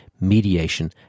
mediation